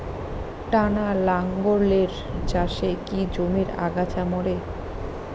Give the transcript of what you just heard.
টানা লাঙ্গলের চাষে কি জমির আগাছা মরে?